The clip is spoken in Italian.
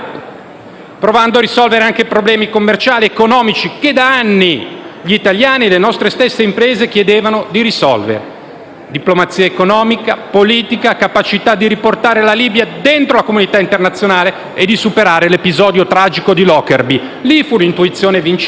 provando a risolvere anche problemi commerciali ed economici, che da anni gli italiani e le nostre stesse imprese chiedevano di risolvere. Diplomazia economica, politica, capacità di riportare la Libia dentro la comunità internazionale e di superare l'episodio tragico di Lockerbie: fu quella l'intuizione vincente.